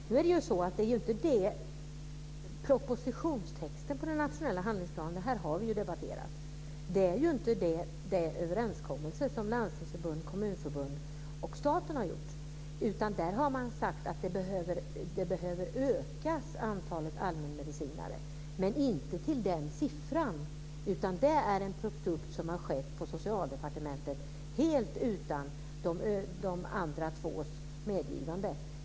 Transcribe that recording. Fru talman! Nu är inte propositionstexten på den nationella handlingsplanen, som vi här har debatterat, den överenskommelse som Landstingsförbundet och Kommunförbundet och staten har träffat. Där har man sagt att antalet allmänmedicinare behöver ökas men inte till den siffran, utan det är en produkt som har tagits fram på Socialdepartementet helt utan de andra tvås medgivande.